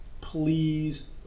please